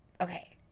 Okay